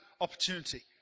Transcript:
opportunity